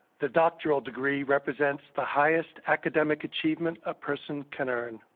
the doctoral degree represents the highest academic achievement a person can earn.